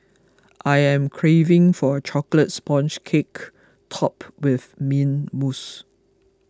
I am craving for a Chocolate Sponge Cake Topped with Mint Mousse